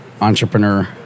entrepreneur